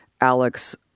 Alex